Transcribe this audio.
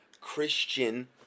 Christian